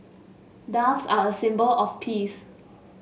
doves are a symbol of peace